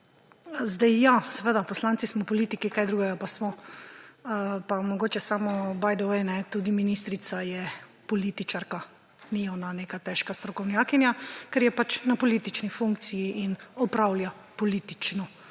zbora, seveda, poslanci smo politiki, kaj drugega pa smo? Mogoče samo by the way, tudi ministrica je političarka, ni ona neka težka strokovnjakinja, ker je pač na politični funkciji in opravlja politični